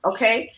Okay